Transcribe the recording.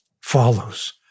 follows